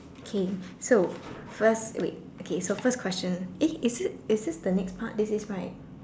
okay so first wait okay so first question eh is this is this the next part this is right